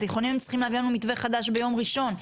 לגבי התיכונים הם צריכים להביא לנו מתווה חדש ביום ראשון.